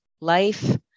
life